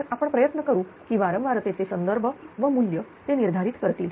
तर आपण प्रयत्न करू की वारंवारतेचे संदर्भ व मूल्य ते निर्धारित करतील